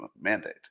mandate